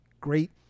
great